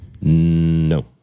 No